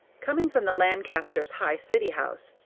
coming from the lancasters' high city house,